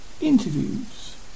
interviews